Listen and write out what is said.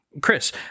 Chris